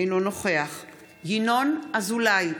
אינו נוכח ינון אזולאי,